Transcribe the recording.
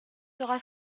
sera